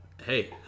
hey